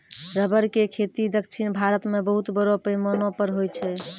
rubber के खेती दक्षिण भारत मॅ बहुत बड़ो पैमाना पर होय छै